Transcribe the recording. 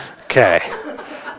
Okay